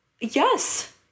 Yes